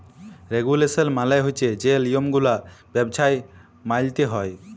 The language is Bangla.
রেগুলেশল মালে হছে যে লিয়মগুলা ব্যবছায় মাইলতে হ্যয়